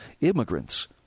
immigrants